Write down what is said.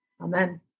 Amen